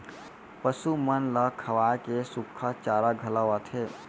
पसु मन ल खवाए के सुक्खा चारा घलौ आथे